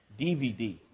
DVD